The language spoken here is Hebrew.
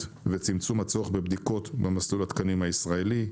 וצמצום הצורך בבדיקות במסלול התקנים הישראלי,